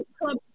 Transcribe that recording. Club